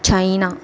China